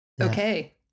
Okay